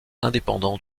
indépendants